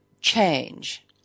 change